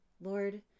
Lord